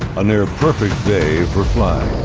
a near perfect day for flying.